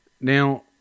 Now